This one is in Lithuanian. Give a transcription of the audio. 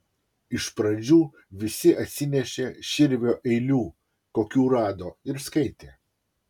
iš pradžių visi atsinešė širvio eilių kokių rado ir skaitė